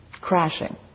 crashing